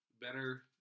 Better